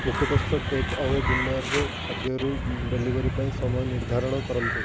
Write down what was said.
ନିକଟସ୍ଥ take away ଡିନରରେ ଖାଦ୍ୟରୁ ଡେଲିଭରି ପାଇଁ ସମୟ ନିର୍ଦ୍ଧାରଣ କରନ୍ତୁ